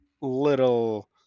little